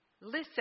Listen